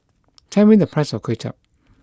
tell me the price of Kway Chap